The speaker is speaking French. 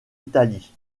italie